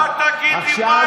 אתה אל תגיד לי מה יש.